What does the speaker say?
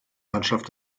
mannschaft